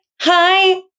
Hi